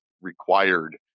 required